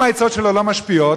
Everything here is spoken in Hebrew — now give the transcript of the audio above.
אם העצות שלו לא משפיעות,